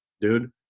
dude